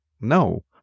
No